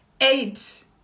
eight